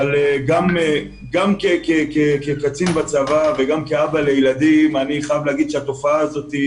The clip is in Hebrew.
אבל גם כקצין בצבא וגם כאבא לילדים אני חייב להגיד שהתופעה הזאת,